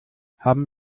haben